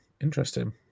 Interesting